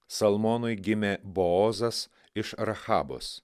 salmonui gimė bozas iš rachabos